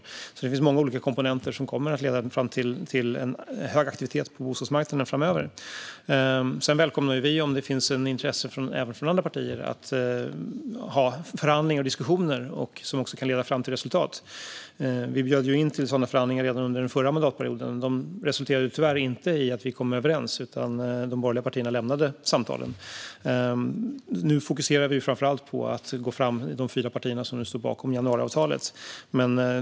Det finns alltså många olika komponenter som kommer att leda fram till en hög aktivitet på bostadsmarknaden framöver. Sedan välkomnar vi om det finns intresse även från andra partier att ha förhandlingar och diskussioner som kan leda fram till resultat. Vi bjöd in till sådana förhandlingar redan under den förra mandatperioden. De resulterade tyvärr inte i att vi kom överens, utan de borgerliga partierna lämnade samtalen. Nu är det framför allt de fyra partier som står bakom januariavtalet som fokuserar på att gå framåt.